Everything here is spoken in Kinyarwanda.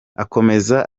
akomeza